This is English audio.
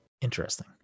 Interesting